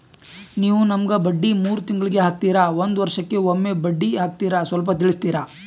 ನೀವು ನಮಗೆ ಬಡ್ಡಿ ಮೂರು ತಿಂಗಳಿಗೆ ಹಾಕ್ತಿರಾ, ಒಂದ್ ವರ್ಷಕ್ಕೆ ಒಮ್ಮೆ ಬಡ್ಡಿ ಹಾಕ್ತಿರಾ ಸ್ವಲ್ಪ ತಿಳಿಸ್ತೀರ?